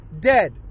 dead